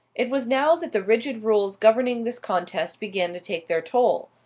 it was now that the rigid rules governing this contest began to take their toll.